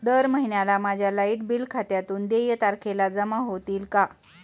दर महिन्याला माझ्या लाइट बिल खात्यातून देय तारखेला जमा होतील का?